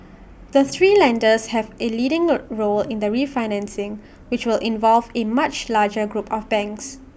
the three lenders have A leading role in the refinancing which will involve A much larger group of banks